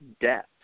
death